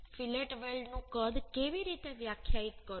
fillet વેલ્ડનું કદ કેવી રીતે વ્યાખ્યાયિત કરવું